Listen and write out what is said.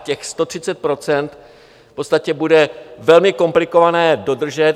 Těch 130 % v podstatě bude velmi komplikované dodržet.